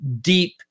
deep